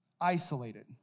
isolated